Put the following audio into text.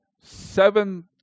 seven